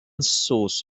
source